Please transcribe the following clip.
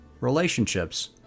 relationships